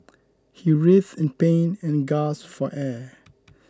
he writhed in pain and gasped for air